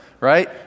Right